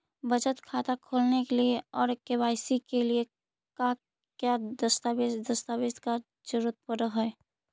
बचत खाता खोलने के लिए और के.वाई.सी के लिए का क्या दस्तावेज़ दस्तावेज़ का जरूरत पड़ हैं?